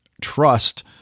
trust